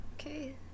Okay